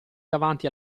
davanti